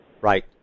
Right